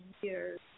years